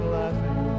laughing